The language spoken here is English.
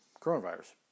coronavirus